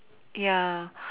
ya